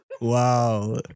Wow